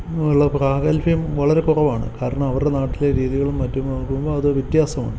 ഉള്ള പ്രാഗത്ഭ്യം വളരെ കുറവാണ് കാരണം അവരുടെ നാട്ടിലെ രീതികളും മറ്റും നോക്കുമ്പോൾ അത് വ്യത്യാസമാണ്